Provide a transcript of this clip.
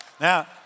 Now